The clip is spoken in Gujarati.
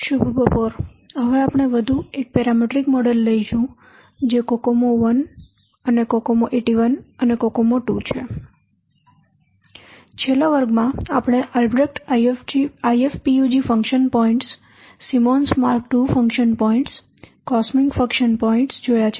છેલ્લા વર્ગમાં આપણે Albrecht IFPUG function points AlbrechtIFPUG Function Points Symons Mark II function points SymonsMark II Function Points COSMIC function points જોયા છે